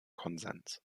konsens